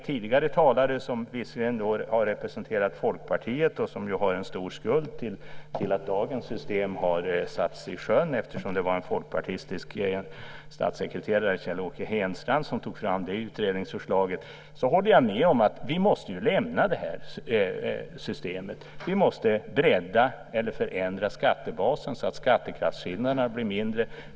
Tidigare talare har visserligen representerat Folkpartiet som ju har en stor skuld till att dagens system har satts i sjön - det var en folkpartistisk statssekreterare, Kjell-Åke Henstrand, som tog fram det utredningsförslaget - men jag håller med dem om att vi måste lämna det här systemet. Vi måste bredda eller förändra skattebasen så att skatteklasskillnaderna blir mindre.